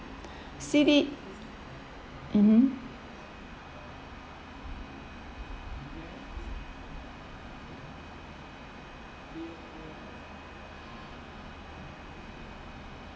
C_D mmhmm